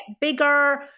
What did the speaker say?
bigger